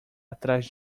atrás